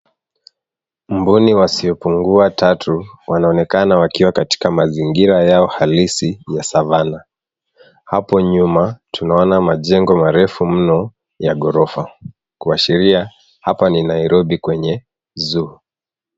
Mbuni wasiyopungua tatu wanaonekana wakiwa katika mazingira yao halisi ya savana. Hapo nyuma, tunaona majengo marefu mno ya ghorofa, kuashiria hapa ni Nairobi kwenye zoo .